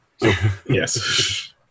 Yes